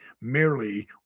merely